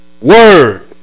word